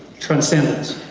transcendence.